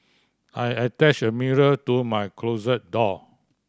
I attach a mirror to my closet door